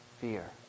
fear